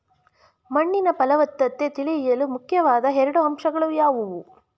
ಮಣ್ಣಿನ ಫಲವತ್ತತೆ ತಿಳಿಯಲು ಮುಖ್ಯವಾದ ಎರಡು ಅಂಶಗಳು ಯಾವುವು?